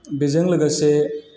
बेजों लोगोसे